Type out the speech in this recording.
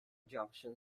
junction